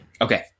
Okay